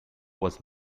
was